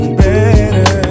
better